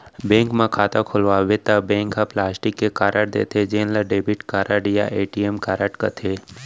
bank म खाता खोलवाबे त बैंक ह प्लास्टिक के कारड देथे जेन ल डेबिट कारड या ए.टी.एम कारड कथें